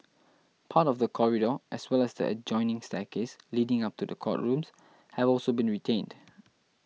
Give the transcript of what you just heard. part of the corridor as well as the adjoining staircase leading up to the courtrooms have also been retained